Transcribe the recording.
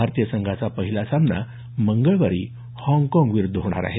भारतीय संघाचा पहिला सामना मंगळवारी हाँगकाँग विरुद्ध होणार आहे